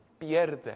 pierde